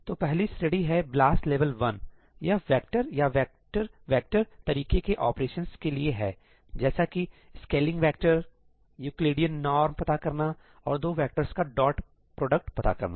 तो पहली श्रेणी है ब्लास लेवल वन यह वेक्टर या वेक्टर वेक्टर तरीके के ऑपरेशंस के लिए है जैसा कि स्केलिंग वेक्टर यूक्लिडियन नॉर्म पता करना और दो वेक्टर्स का डॉट प्रोडक्ट पता करना